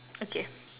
okay